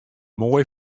moai